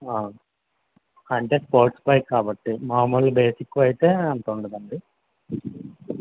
అంటే sports bike కాబట్టి మామూలు బేసిక్వైతే అంత ఉండదండి